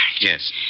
Yes